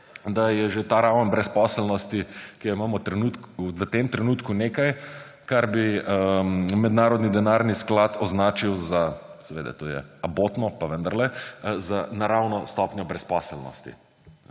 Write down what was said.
da je že ta raven brezposelnosti, ki jo imamo v tem trenutku, nekaj, kar bi Mednarodni denarni sklad označil za – seveda, to je abotno, pa vendarle – naravno stopnjo brezposelnosti.